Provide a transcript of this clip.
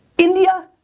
india,